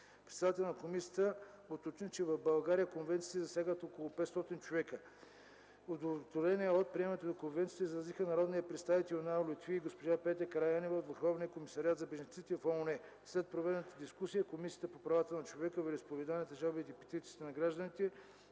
Председателят на комисията уточни, че в България конвенциите засягат 500 човека. Удовлетворение от приемането на конвенциите изразиха народният представител Юнал Лютфи и госпожа Петя Караянева от Върховния комисариат за бежанците на ООН. След проведената дискусия Комисията по правата на човека, вероизповеданията, жалбите и петициите на гражданите